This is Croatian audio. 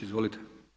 Izvolite.